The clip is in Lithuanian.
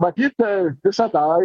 matyt visą tą